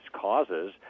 causes